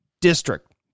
District